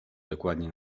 dokładnie